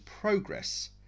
progress